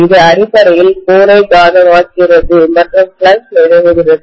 இது அடிப்படையில் கோரை காந்தமாக்குகிறது மற்றும் அது ஃப்ளக்ஸ் நிறுவுகிறது